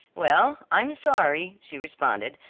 well, i'm sorry, she responded,